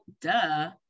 duh